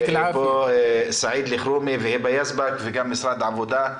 נמצאים פה סעיד אלחרומי והיבה יזבק וגם משרד העבודה.